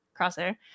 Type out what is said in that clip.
Crosshair